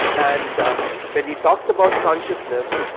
and when he talks about consciousness,